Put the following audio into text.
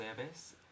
service